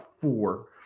four